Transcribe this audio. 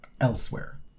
elsewhere